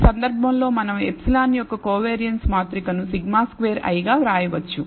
ఈ సందర్భంలో మనం ε యొక్క కోవియారిన్స్ మాతృకను σ2 i గా వ్రాయవచ్చు